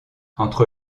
entre